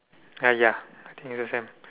ah ya I think it's the same